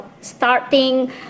starting